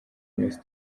iminsi